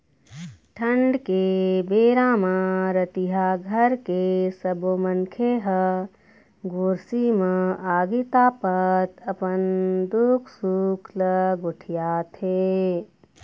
ठंड के बेरा म रतिहा घर के सब्बो मनखे ह गोरसी म आगी तापत अपन दुख सुख ल गोठियाथे